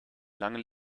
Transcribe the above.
lange